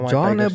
John